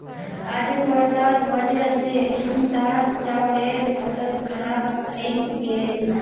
अधिक वर्षार वजह स हमसार चावलेर फसल खराब हइ गेले